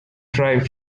tribe